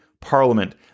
parliament